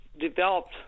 developed